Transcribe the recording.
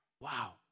Wow